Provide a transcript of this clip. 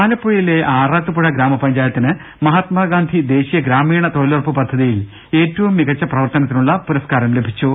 ആലപ്പുഴയിലെ ആറാട്ടുപുഴ ഗ്രാമപഞ്ചായത്തിന് മഹാത്മാഗാന്ധി ദേശീയ ഗ്രാമീണ തൊഴിലുറപ്പ് പദ്ധതിയിൽ ഏറ്റവും മികച്ച പ്രവർത്തനത്തി നുള്ള പുരസ്കാരം ലഭിച്ചു